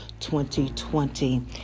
2020